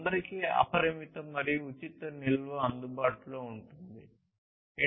అందరికీ అపరిమిత మరియు ఉచిత నిల్వ అందుబాటులో ఉంటుంది